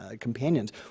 companions